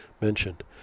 mentioned